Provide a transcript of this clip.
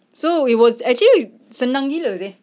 so it was actually senang gila seh